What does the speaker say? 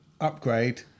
upgrade